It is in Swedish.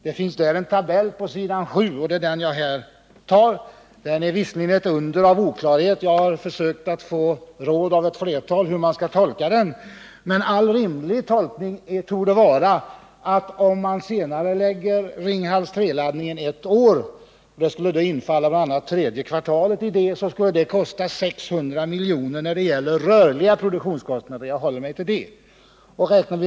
På s.7 i denna redovisning finns en tabell, som jag vill kommentera något, trots att den är ett under av oklarhet. Jag har på ett flertal håll försökt få råd om hur den skall tolkas, och den rimliga tolkningen torde vara, att en senareläggning av laddningen av Ringhals 3 med ett år, vari ingår tredje kvartalet detta år, skulle kosta 600 milj.kr. i rörliga produktionskostnader — jag håller mig till dem.